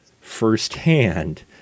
firsthand